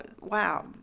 wow